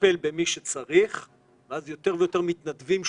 לטפל במי שצריך ואז יותר ויותר מתנדבים שותפים,